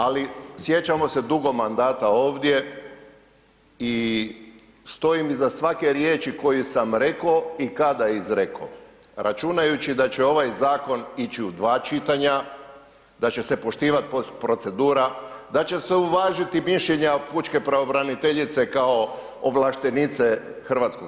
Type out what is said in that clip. Ali sjećamo se dugo mandata ovdje i stojim iza svake riječi koju sam reko i kada izreko računajući da će ovaj zakon ići u 2 čitanja, da će se poštivat procedura, da će se uvažiti mišljenja pučke pravobraniteljice kao ovlaštenice HS.